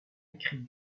écrire